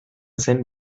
zen